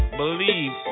believe